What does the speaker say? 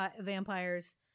Vampires